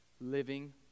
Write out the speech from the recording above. Living